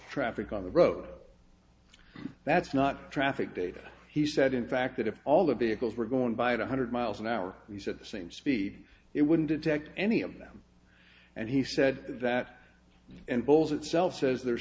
traffic on the road that's not traffic data he said in fact that if all the vehicles were going by one hundred miles an hour he said the same speed it wouldn't detect any of them and he said that and bull's itself says they're